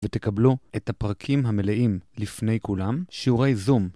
ותקבלו את הפרקים המלאים לפני כולם שיעורי זום.